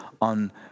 on